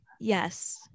yes